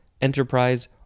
enterprise